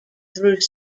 through